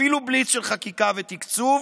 אפילו בליץ של חקיקה ותקצוב.